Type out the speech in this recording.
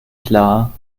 klar